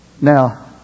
Now